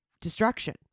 destruction